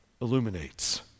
illuminates